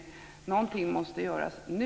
Någonting måste göras nu.